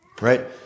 right